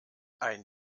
ein